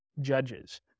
judges